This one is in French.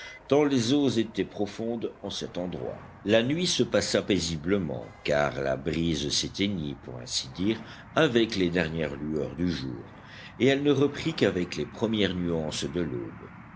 tant les eaux étaient profondes en cet endroit la nuit se passa paisiblement car la brise s'éteignit pour ainsi dire avec les dernières lueurs du jour et elle ne reprit qu'avec les premières nuances de l'aube